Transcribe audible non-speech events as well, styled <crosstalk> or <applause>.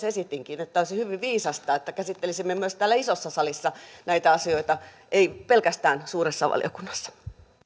<unintelligible> esitinkin että olisi hyvin viisasta että käsittelisimme myös täällä isossa salissa näitä asioita ei pelkästään suuressa valiokunnassa